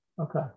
Okay